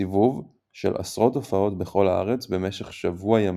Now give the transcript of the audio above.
סיבוב של עשרות הופעות בכל הארץ במשך שבוע ימים,